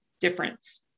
difference